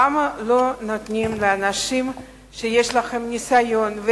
למה לא נותנים לאנשים שיש להם ניסיון,